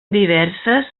diverses